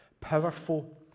powerful